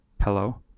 hello